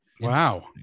Wow